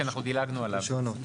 כי אנחנו דילגנו עליו.